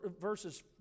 verses